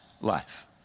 life